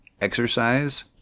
exercise